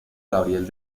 gabriel